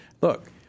Look